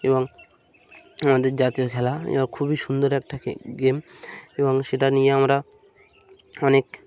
এবং আমাদের জাতীয় খেলা এ খুবই সুন্দর একটা গেম এবং সেটা নিয়ে আমরা অনেক